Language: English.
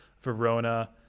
Verona